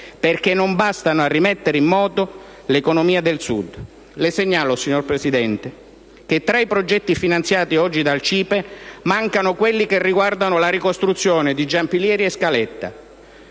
perché non bastano a rimettere in moto l'economia del Sud. Le segnalo, signor Presidente del Consiglio, che tra i progetti finanziati oggi dal CIPE mancano quelli che riguardano la ricostruzione di Giampilieri e Scaletta